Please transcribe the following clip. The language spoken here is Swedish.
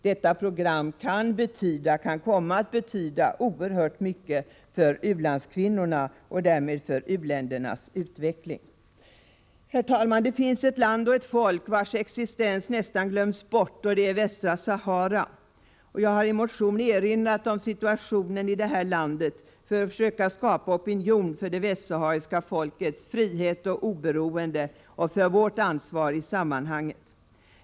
Detta program kan komma att betyda oerhört mycket för u-landskvinnorna och därmed för u-ländernas utveckling. Herr talman! Det finns ett land och ett folk vars existens nästan glömts bort, och det är Västra Sahara. Jag har i motion erinrat om situationen i det landet för att skapa opinion för det västsahariska folkets strävan till frihet och oberoende och för vårt ansvar i sammanhanget.